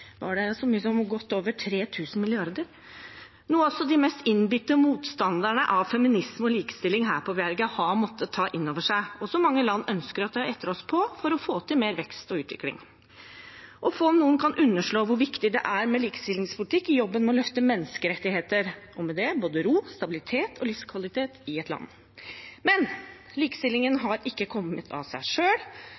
så mye som godt over 3 000 mrd. kr, noe også de mest innbitte motstanderne av feminisme og likestilling her på bjerget har måttet ta inn over seg, og som mange land ønsker å ta etter oss i for å få til vekst og utvikling. Og få – om noen – kan underslå hvor viktig det er med likestillingspolitikk i jobben med å løfte menneskerettigheter, og med det både ro, stabilitet og livskvalitet i et land. Men – likestillingen